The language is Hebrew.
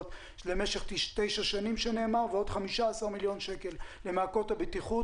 למשך תשע שנים ועוד 15 מיליון שקל למעקות הבטיחות.